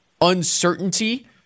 uncertainty